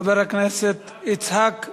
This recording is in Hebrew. חבר הכנסת יצחק וקנין,